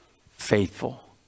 faithful